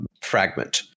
fragment